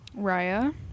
Raya